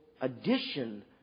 addition